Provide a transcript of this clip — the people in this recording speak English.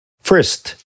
First